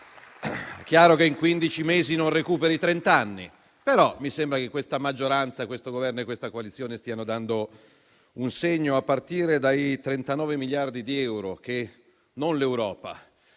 È chiaro che in quindici mesi non recuperano trent'anni, però mi sembra che questa maggioranza, questo Governo e questa coalizione stiano dando un segno, a partire dai 39 miliardi di euro che, non l'Europa,